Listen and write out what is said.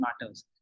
matters